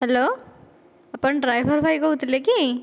hello ଆପଣ driver ଭାଇ କହୁଥିଲେ କି